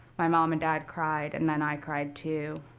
my mom and dad cried, and then i cried too.